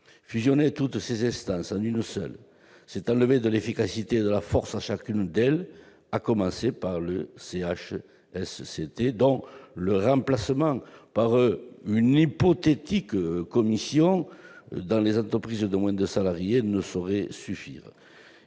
fusionner toutes ces instances en une seule, c'est enlever de l'efficacité et de la force à chacune d'elles, à commencer par le CHSCT, dont le remplacement par une hypothétique commission dans les entreprises de moins de 300 salariés ne saurait suffire.